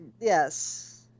Yes